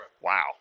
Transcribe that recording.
Wow